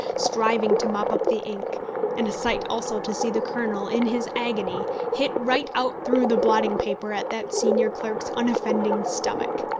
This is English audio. striving to mop up the ink and a sight also to see the colonel, in his agony, hit right out through the blotting-paper at that senior clerk's unoffending stomach.